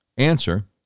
answer